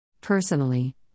Personally